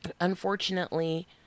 Unfortunately